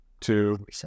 two